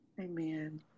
Amen